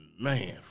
man